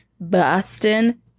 Boston